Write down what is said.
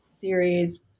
theories